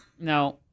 No